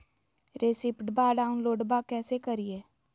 रेसिप्टबा डाउनलोडबा कैसे करिए?